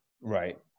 Right